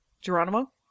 Geronimo